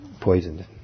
poisoned